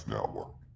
Network